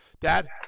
Dad